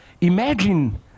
imagine